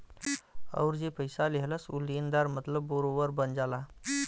अउर जे पइसा लेहलस ऊ लेनदार मतलब बोरोअर बन जाला